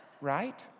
Right